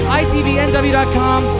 itvnw.com